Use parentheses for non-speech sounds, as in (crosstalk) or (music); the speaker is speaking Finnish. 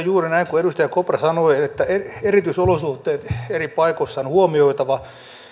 (unintelligible) juuri näin kuin edustaja kopra sanoi että erityisolosuhteet eri paikoissa on huomioitava